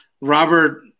Robert